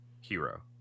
hero